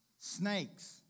Snakes